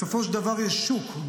בסופו של דבר יש שוק,